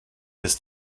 his